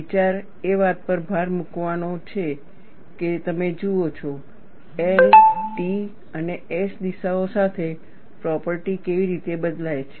વિચાર એ વાત પર ભાર મૂકવાનો છે કે તમે જુઓ છો L T અને S દિશાઓ સાથે પ્રોપર્ટી કેવી રીતે બદલાય છે